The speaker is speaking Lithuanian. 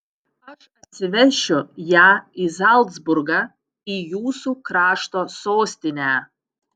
aš atsivešiu ją į zalcburgą į jūsų krašto sostinę